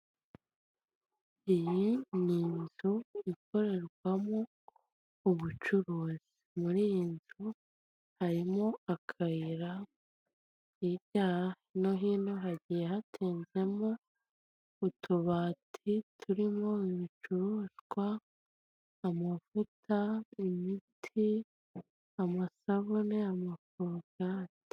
Iyi ni inzu ikorerwamo ubucuruzi. Muri iyi nzu harimo akayira hirya no hino hagiye hatinzemo utubati turimo ibicuruzwa : amavuta, imiti, amasabune, amakorogati.